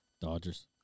Dodgers